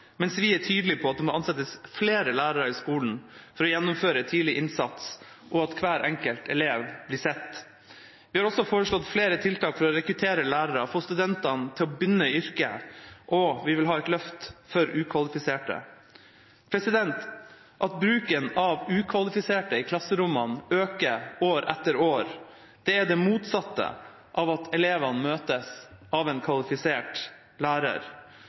mens vi er tydelige på at det må ansettes flere lærere i skolen for å gjennomføre tidlig innsats, og for at hver enkelt elev blir sett. Vi har også foreslått flere tiltak for å rekruttere lærere og få studentene til å begynne i yrket, og vi vil ha et løft for ukvalifiserte. At bruken av ukvalifiserte i klasserommene øker år etter år, er det motsatte av at elevene møtes av en kvalifisert lærer.